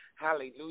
Hallelujah